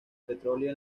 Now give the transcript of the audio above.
petróleo